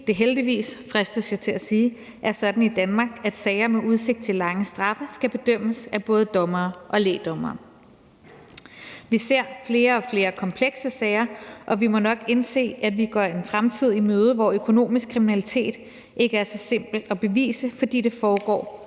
det heldigvis, fristes jeg til at sige, er sådan i Danmark, at sager med udsigt til lange straffe skal bedømmes af både dommere og lægdommere. Vi ser flere og flere komplekse sager, og vi må nok indse, at vi går en fremtid i møde, hvor økonomisk kriminalitet ikke er så simpel at bevise, fordi det foregår